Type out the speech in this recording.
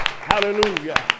Hallelujah